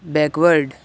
backward